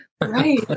right